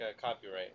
copyright